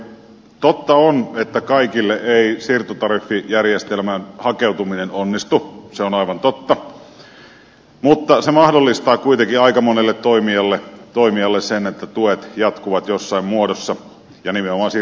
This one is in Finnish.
totta on että kaikille ei siirtotariffijärjestelmään hakeutuminen onnistu se on aivan totta mutta se mahdollistaa kuitenkin aika monelle toimijalle sen että tuet jatkuvat jossain muodossa ja nimenomaan siirtotariffin muodossa